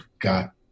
got